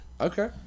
Okay